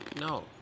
No